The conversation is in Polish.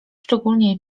szczególniej